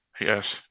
Yes